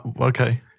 Okay